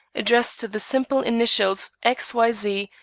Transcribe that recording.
addressed to the simple initials, x. y. z,